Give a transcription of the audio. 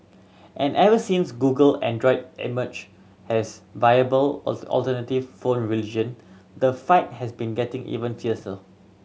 and ever since Google Android emerged has viable alternative phone religion the fight has been getting even fiercer